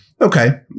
Okay